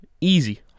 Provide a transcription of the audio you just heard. easy